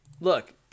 Look